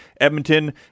Edmonton